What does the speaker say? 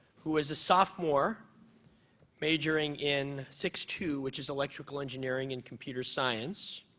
who is a sophomore majoring in six two which is electrical engineering and computer science.